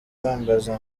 bambaza